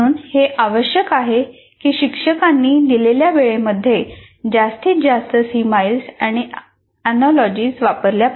म्हणून हे आवश्यक आहे की शिक्षकांनी दिलेल्या वेळेमध्ये जास्तीत जास्त सिमाईल्स आणि एनोलॉजीज वापरल्या पाहिजेत